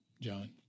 John